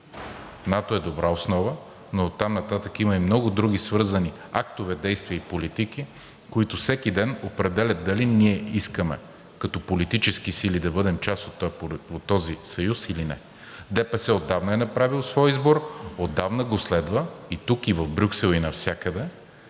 НАТО е добра основа, но оттам нататък има и много други свързани актове, действия и политики, които всеки ден определят дали ние искаме като политически сили да бъдем част от този съюз или не. ДПС отдавна е направило своя избор, отдавна го следва тук и в Брюксел и навсякъде,